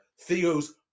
Theo's